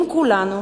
אם כולנו